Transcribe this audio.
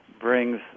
brings